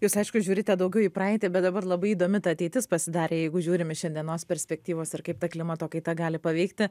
jūs aišku žiūrite daugiau į praeitį bet dabar labai įdomi ta ateitis pasidarė jeigu žiūrim iš šiandienos perspektyvos ir kaip ta klimato kaita gali paveikti